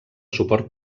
suport